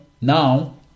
Now